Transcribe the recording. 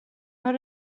har